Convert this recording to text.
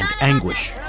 anguish